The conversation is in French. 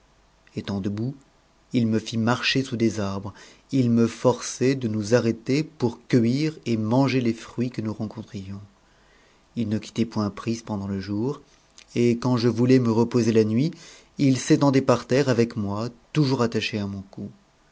étant debout h ment marcher sous des arbres il me forçait t e nous arrêter pour cueillir et manger les mits que nous rencontrions il ne quittait point prise pendant le jour et quand je voulais me reposer la nuit il s'étendait par terre avec moi toujours attaché à mon cou